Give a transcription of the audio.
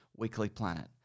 weeklyplanet